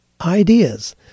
ideas